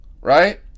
Right